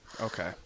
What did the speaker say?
Okay